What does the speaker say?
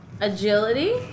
agility